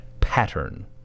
pattern